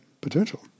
potential